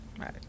right